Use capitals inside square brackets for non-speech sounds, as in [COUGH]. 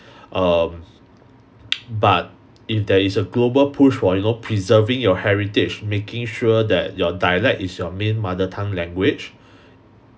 um but if there is a global push for you know preserving your heritage making sure that your dialect is your main mother tongue language [BREATH]